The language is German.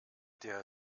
der